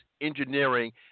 engineering